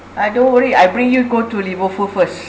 uh don't worry I bring you go to liverpool first